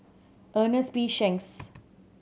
Ernest P Shanks